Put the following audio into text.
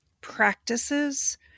practices